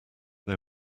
they